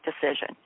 decision